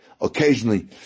occasionally